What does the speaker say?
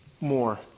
more